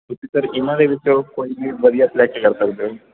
ਤੁਸੀਂ ਸਰ ਇਹਨਾਂ ਦੇ ਵਿੱਚੋਂ ਕੋਈ ਵੀ ਵਧੀਆ ਸਲੈਕਟ ਕਰ ਸਕਦੇ ਹੋ